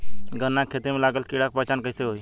गन्ना के खेती में लागल कीड़ा के पहचान कैसे होयी?